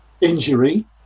injury